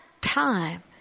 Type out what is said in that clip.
time